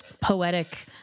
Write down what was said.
poetic